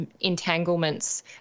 entanglements